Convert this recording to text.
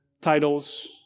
titles